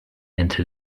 into